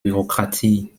bürokratie